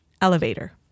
elevator